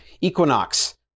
Equinox